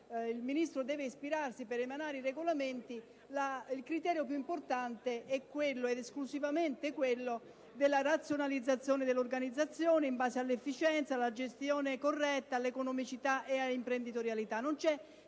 il Ministro deve ispirarsi per emanare i regolamenti il criterio più importante sia quello ed esclusivamente quello della razionalizzazione dell'organizzazione in base a efficienza, corretta gestione, economicità ed imprenditorialità. Non c'è